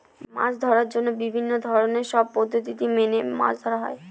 মাছ ধরার জন্য বিভিন্ন ধরনের সব পদ্ধতি মেনে মাছ ধরা হয়